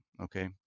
okay